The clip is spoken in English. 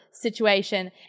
situation